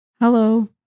Hello